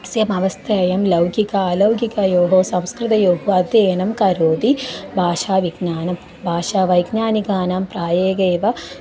स्यामवस्थेयं लौकिकाः अलौकिकयोः संस्कृतयोः अध्ययनं करोति भाषाविज्ञानं भाषा वैज्ञानिकानां प्रायेणैव